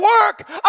work